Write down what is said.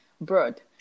broad